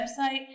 website